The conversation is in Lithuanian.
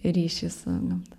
ryšį su gamta